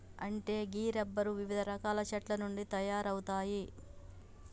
అంటే గీ రబ్బరు వివిధ రకాల చెట్ల నుండి తయారవుతాయి